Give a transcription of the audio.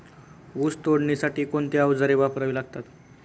ऊस तोडणीसाठी कोणती अवजारे वापरावी लागतात?